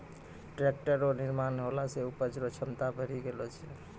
tractor रो निर्माण होला से उपज रो क्षमता बड़ी गेलो छै